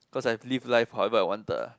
cause I have lived life however I wanted ah